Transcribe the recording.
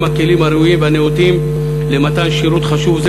הכלים הראויים והנאותים למתן שירות חשוב זה,